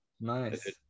nice